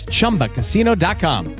ChumbaCasino.com